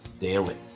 daily